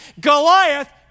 Goliath